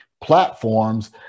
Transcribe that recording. platforms